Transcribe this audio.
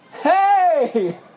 Hey